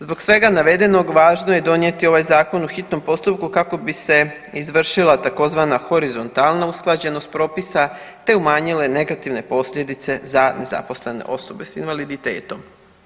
Zbog svega navedenog važno je donijeti ovaj zakon u hitnom postupku kako bi se izvršila tzv. horizontalna usklađenost propisa, te umanjile negativne posljedice za nezaposlene osobe sa invaliditetom.